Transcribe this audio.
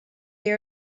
they